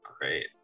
Great